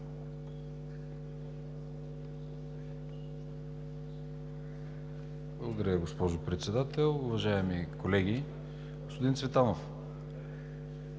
Благодаря Ви, госпожо Председател. Уважаеми колеги! Господин Цветанов,